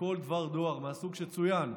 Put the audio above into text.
וכל דבר דואר מהסוג שצוין,